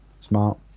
Smart